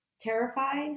terrified